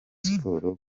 sports